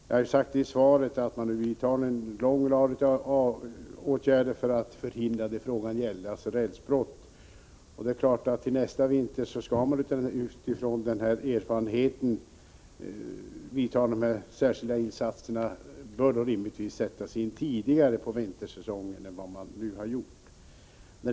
Jag har sagt i svaret att man nu vidtar en lång rad åtgärder för att förhindra rälsbrott, och nästa vinter bör man med de vunna erfarenheterna som grund rimligtvis göra insatserna tidigare på vintersäsongen än vad som varit fallet i år.